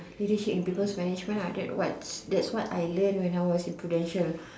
leadership and people's management ah that what that's what I learnt when I was in Prudential